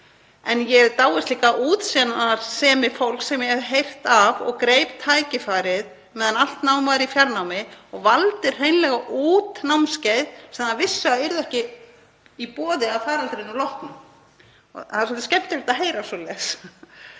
En ég dáist líka að útsjónarsemi fólks sem ég hef heyrt af og greip tækifærið meðan allt nám var í fjarnámi og valdi hreinlega út námskeið sem það vissi að yrðu ekki í boði að faraldrinum loknum. Það er svolítið skemmtilegt að heyra svoleiðis.